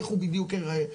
איך הוא בדיוק ייראה,